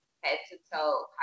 head-to-toe